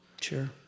Sure